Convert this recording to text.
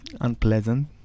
unpleasant